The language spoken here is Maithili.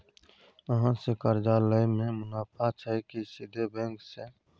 अहाँ से कर्जा लय में मुनाफा छै की सीधे बैंक से?